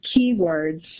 keywords